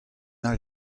all